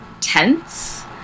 tense